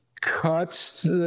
cuts